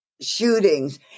shootings